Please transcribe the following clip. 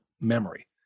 memory